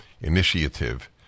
initiative